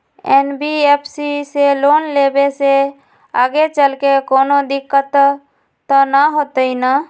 NBFC से loan लेबे से आगेचलके कौनो दिक्कत त न होतई न?